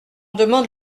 demande